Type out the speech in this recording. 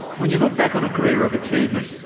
when you look back on a career of achievement,